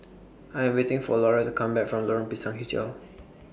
I Am waiting For Laura to Come Back from Lorong Pisang Hijau